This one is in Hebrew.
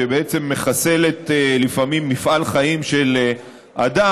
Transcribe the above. שבעצם מחסלת לפעמים מפעל חיים של אדם,